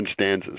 stanzas